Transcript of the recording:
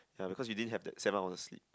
ya because you didn't have that seven hours of sleep